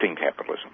capitalism